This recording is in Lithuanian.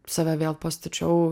save vėl pastačiau